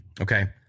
Okay